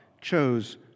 chose